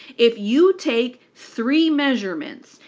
if you take three measurements,